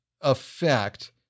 effect